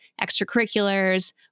extracurriculars